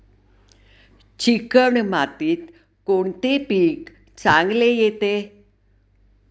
Chicken मातीत कोणते पीक चांगले येते?